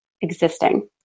existing